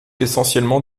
essentiellement